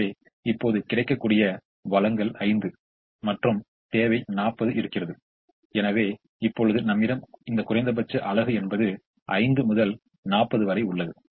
எனவே இப்போது கிடைக்கக்கூடிய வழங்கல் 5 மற்றும் தேவை 40 இருக்கிறது எனவே இப்பொழுது நம்மிடம் இந்த குறைந்தபட்ச அலகு என்பது 5 முதல் 40 வரை உள்ளது